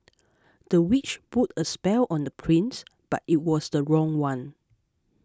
the witch put a spell on the prince but it was the wrong one